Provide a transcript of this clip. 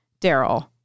Daryl